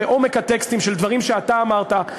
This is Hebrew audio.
בעומק הטקסטים של דברים שאתה אמרת,